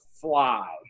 fly